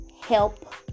help